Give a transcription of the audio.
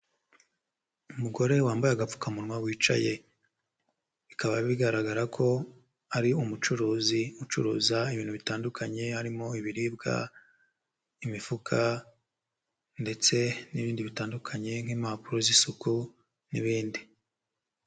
Umugore wambaye agapfukamunwa wicaye, bikaba bigaragara ko ari umucuruzi ucuruza ibintu bitandukanye harimo ibiribwa, imifuka ndetse n'ibindi bitandukanye nk'impapuro z'isuku n'ibindi.